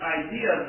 idea